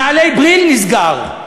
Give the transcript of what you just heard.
נעלי "בריל" נסגר,